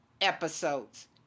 episodes